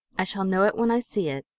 i shall know it when i see it,